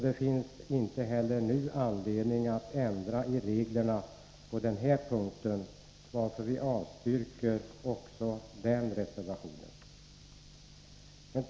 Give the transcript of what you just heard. Det finns inte heller nu anledning att ändra i reglerna på den här punkten, varför vi avstyrker också den reservationen.